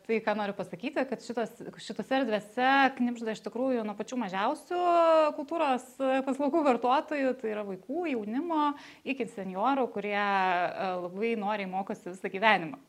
tai ką noriu pasakyti kad šitos šitose erdvėse knibžda iš tikrųjų nuo pačių mažiausių kultūros paslaugų vartotojų tai yra vaikų jaunimo iki senjorų kurie labai noriai mokosi visą gyvenimą